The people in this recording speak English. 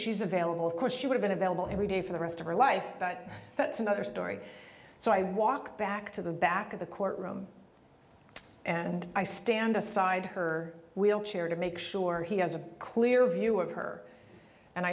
she's available of course she would've been available every day for the rest of her life but that's another story so i walked back to the back of the courtroom and i stand aside her wheelchair to make sure he has a clear view of her and